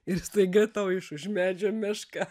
ir staiga tau iš už medžio meška